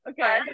Okay